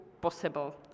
possible